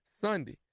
Sunday